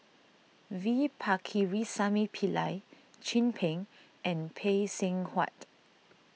V Pakirisamy Pillai Chin Peng and Phay Seng Whatt